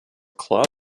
club